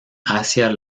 hacia